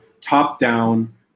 top-down